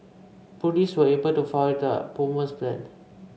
police were able to foil the bomber's plan